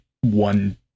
one